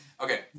Okay